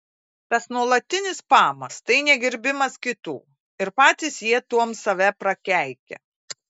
tas nuolatinis spamas tai negerbimas kitų ir patys jie tuom save prakeikia